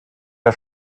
der